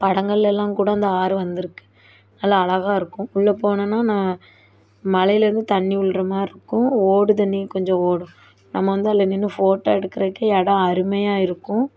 படங்கள்லேலாம் கூட அந்த ஆறு வந்திருக்கு நல்லா அழகா இருக்கும் உள்ளே போனோம்னா நான் மலையிலேருந்து தண்ணி விழுற மாதிரி இருக்கும் ஓடுதண்ணி கொஞ்சம் ஓடும் நம்ம வந்து அதில் நின்று ஃபோட்டோ எடுக்கறதுக்கு இடம் அருமையாக இருக்கும்